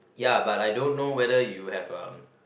ya but I don't know whether you have uh